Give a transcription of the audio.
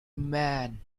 man